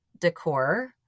decor